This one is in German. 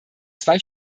zwei